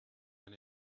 when